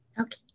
Okay